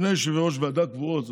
שני יושבי-ראש ועדות קבועות: